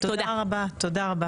תודה רבה.